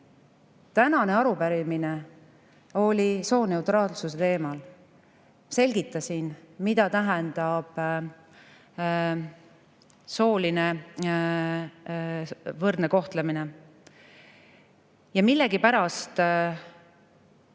Tänane arupärimine oli sooneutraalsuse teemal. Selgitasin, mida tähendab sooline võrdne kohtlemine. Millegipärast